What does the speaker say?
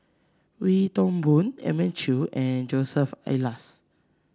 Wee Toon Boon Elim Chew and Joseph Elias